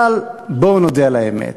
אבל בואו נודה על האמת: